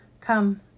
come